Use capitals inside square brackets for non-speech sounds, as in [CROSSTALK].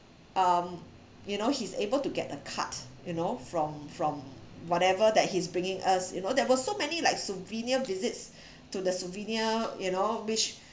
um you know he's able to get a cut you know from from whatever that he's bringing us you know there were so many like souvenir visits [BREATH] to the souvenir you know which